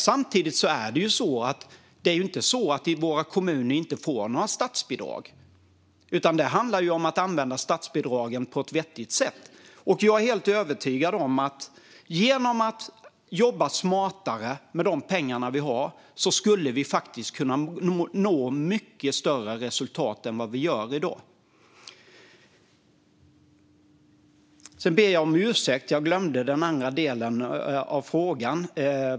Samtidigt är det ju inte så att våra kommuner inte får några statsbidrag. Men det handlar om att använda statsbidragen på ett vettigt sätt. Jag är helt övertygad om att genom att jobba smartare med de pengar vi har skulle vi faktiskt kunna nå mycket bättre resultat än vi gör i dag. Sedan ber jag om ursäkt, för jag glömde vad den andra delen av frågan var.